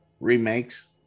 Remakes